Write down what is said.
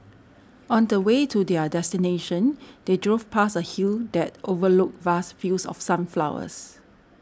on the way to their destination they drove past a hill that overlooked vast fields of sunflowers